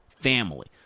family